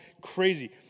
crazy